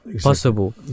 possible